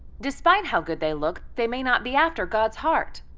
despite how good they look, they may not be after god's heart.